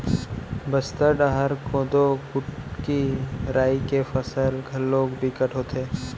बस्तर डहर कोदो, कुटकी, राई के फसल घलोक बिकट होथे